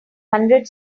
hundred